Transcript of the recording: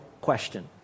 question